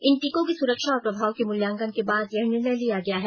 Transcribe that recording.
इन टीकों की सुरक्षा और प्रभाव के मूल्यांकन के बाद यह निर्णय लिया गया है